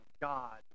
God